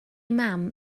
mam